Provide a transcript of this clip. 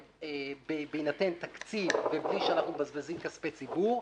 בהינתן תקציב ובלי שנבזבז כספי ציבור,